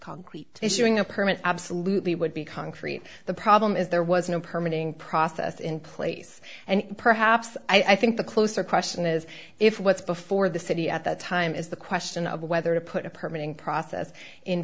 concrete issuing a permit absolutely would be concrete the problem is there was no permit in process in place and perhaps i think the closer question is if what's before the city at that time is the question of whether to put a permanent process in